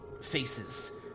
faces